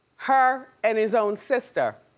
her and his own sister.